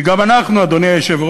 כי גם אנחנו, אדוני היושב-ראש,